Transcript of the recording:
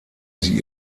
sie